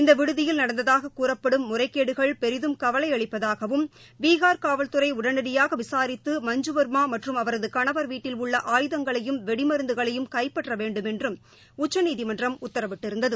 இந்த விடுதியில் நடந்ததாக கூறப்படும் முறைகேடுகள் பெரிதும் கவலையளிப்பதாகவும் பீகார் காவல்துறை உடனடியாக விசாரித்து மஞ்சுவர்மா மற்றும் அவரது கணவர் வீட்டில் உள்ள ஆயுதங்களையும் வெடிமருந்துகளையும் கைப்பற்ற வேண்டும் என்றும் உத்தரவிட்டிருந்தது